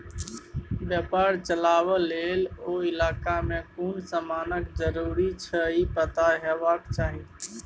बेपार चलाबे लेल ओ इलाका में कुन समानक जरूरी छै ई पता हेबाक चाही